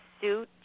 suit